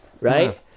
Right